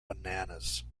bananas